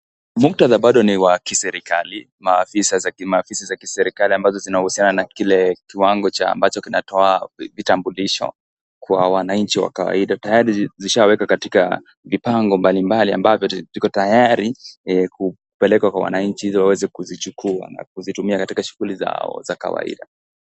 Muktadha bado ni wa kiserikali. Maafisi za kiserikali ambazo zinahusiana na kiwango ambacho kinatoa vitambulisho kwa wananchi wa kawaida. Tayari zishawekwa katika vipango mbalimbali ambavyo ziko tayari kupelekwa kwa wananchi ili waweze kuzichukua na kuzitumia katika shughuli zao za kawaida.